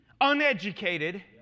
uneducated